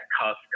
cost